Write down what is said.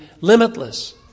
limitless